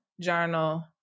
journal